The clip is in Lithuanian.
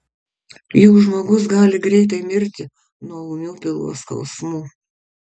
juk žmogus gali greitai mirti nuo ūmių pilvo skausmų